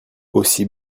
aussi